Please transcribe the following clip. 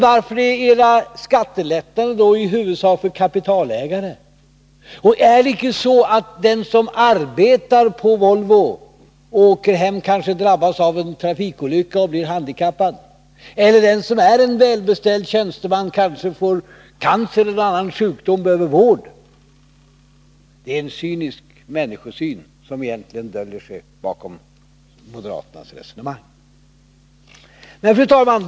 Varför gäller era förslag då i huvudsak skattelättnader för kapitalägare? Tänk också t.ex. på den som arbetar på Volvo och på hemvägen från arbetet råkar ut för en trafikolycka och blir handikappad eller på den välbeställde tjänsteman som kanske får cancer eller någon annan sjukdom och behöver vård! Det är en cynisk människosyn som döljer sig bakom moderaternas resonemang.